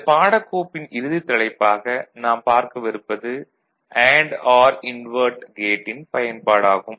இந்த பாடக்கோப்பின் இறுதித் தலைப்பாக நாம் பார்க்கவிருப்பது அண்டு ஆர் இன்வெர்ட் கேட்டின் பயன்பாடு ஆகும்